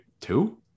two